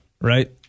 right